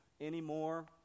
anymore